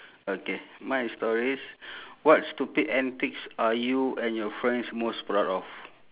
okay mine is stories what stupid antics are you and your friends most proud of